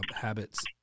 habits